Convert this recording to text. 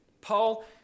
Paul